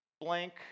blank